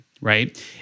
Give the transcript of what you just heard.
right